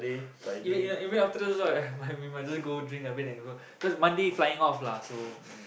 you know you know you know even afternoon also right might we we might also just go drink a bit and go cause Monday flying off lah so